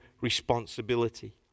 responsibility